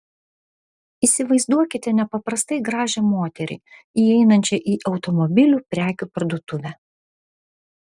įsivaizduokite nepaprastai gražią moterį įeinančią į automobilių prekių parduotuvę